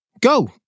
go